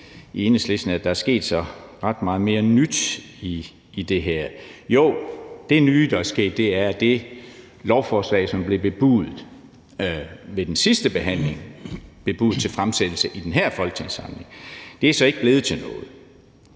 i Enhedslisten, at der er sket ret meget mere nyt i det her. Jo, det nye, der er sket, er, at det lovforslag, som ved den sidste behandling blev bebudet til fremsættelse i den her folketingssamling, så ikke er blevet til noget.